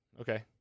Okay